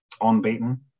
unbeaten